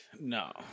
No